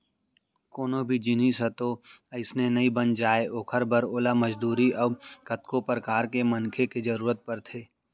कोनो भी जिनिस ह तो अइसने नइ बन जाय ओखर बर ओला मजदूरी अउ कतको परकार के मनखे के जरुरत परथे